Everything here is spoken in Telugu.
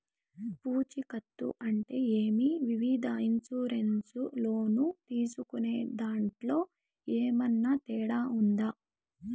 పూచికత్తు అంటే ఏమి? వివిధ ఇన్సూరెన్సు లోను తీసుకునేదాంట్లో ఏమన్నా తేడా ఉందా?